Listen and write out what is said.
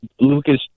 Lucas